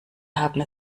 haben